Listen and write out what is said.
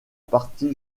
partie